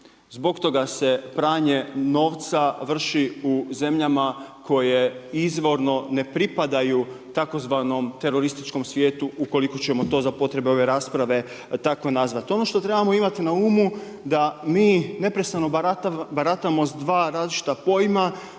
Zbog toga se pranje novca vrši u zemljama koje izvorno ne pripadaju takozvanom terorističkom svijetu ukoliko ćemo to za potrebe ove raspravi tako nazvati. Ono što trebamo imati na umu, da mi neprestano baratamo sa 2 različita pojma,